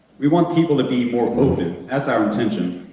we want people to be more open, that's our intention,